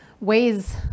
ways